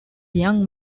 young